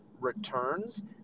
returns